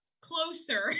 closer